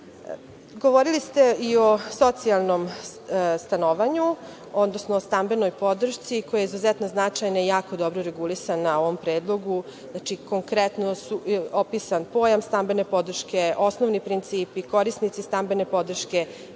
licence. Govorili ste i o socijalnom stanovanju, odnosno o stambenoj podršci koja je izuzetno značajna i jako dobro regulisana u ovom predlogu. Znači, konkretno je opisan pojam stambene podrške, osnovni principi, korisnici stambene podrške,